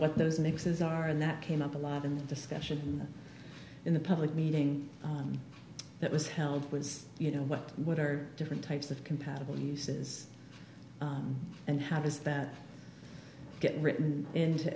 what those mixes are and that came up a lot in the discussion in the public meeting that was held was you know what what are different types of compatible uses and how does that get written into